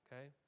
okay